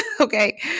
okay